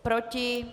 Proti?